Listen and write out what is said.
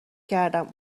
کردم